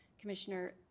Commissioner